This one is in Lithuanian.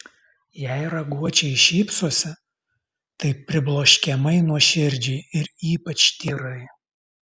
jei raguočiai šypsosi tai pribloškiamai nuoširdžiai ir ypač tyrai